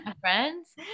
friends